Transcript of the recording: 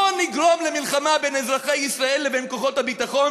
ולא נגרום למלחמה בין אזרחי ישראל לבין כוחות הביטחון.